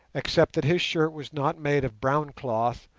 except that his shirt was not made of brown cloth,